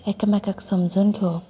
एकामेकाक समजोवन घेवप